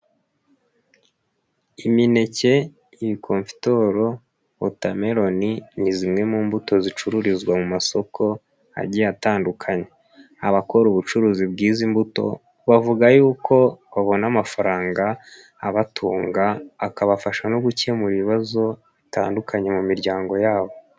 Imineke, confetor, water melon, ni zimwe mu mbuto zicururizwa mu masoko agiye atandukanye. Abakora ubucuruzi bw'izi mbuto, bavuga y'uko babona amafaranga abatunga, akabafasha no gukemura ibibazo bitandukanye mu miryango yabo.